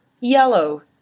yellow